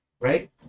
right